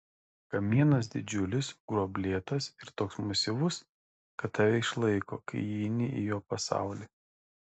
kamienas didžiulis gruoblėtas ir toks masyvus kad tave išlaiko kai įeini į jo pasaulį